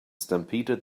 stampeded